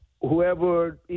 whoever